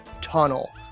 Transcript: tunnel